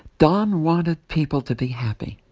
don wanted people to be happy.